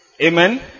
Amen